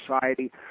society